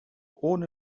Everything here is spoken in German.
ohne